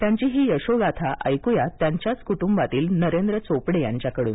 त्यांची ही यशोगाथा ऐक्या त्यांच्याच कुटुंबातील नरेंद्र चोपडे यांच्याकडून